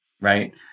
Right